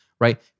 right